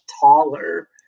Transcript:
taller